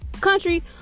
country